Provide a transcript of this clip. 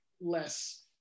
less